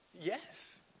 Yes